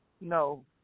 no